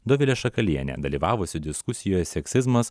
dovilė šakalienė dalyvavusi diskusijoj seksizmas